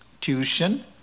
tuition